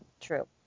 true